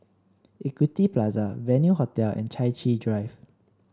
Equity Plaza Venue Hotel and Chai Chee Drive